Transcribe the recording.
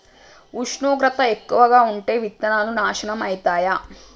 ఉష్ణోగ్రత ఎక్కువగా ఉంటే విత్తనాలు నాశనం ఐతయా?